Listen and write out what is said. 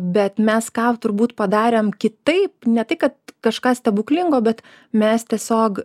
bet mes ką turbūt padarėm kitaip ne tai kad kažką stebuklingo bet mes tiesiog